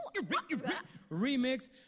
remix